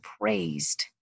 praised